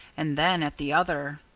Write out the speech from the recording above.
and then at the other.